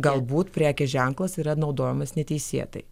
galbūt prekės ženklas yra naudojamas neteisėtai